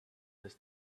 does